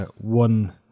one